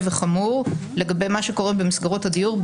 וחמור לגבי מה שקורה במסגרות הדיור,